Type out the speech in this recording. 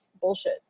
bullshit